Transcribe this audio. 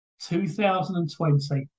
2020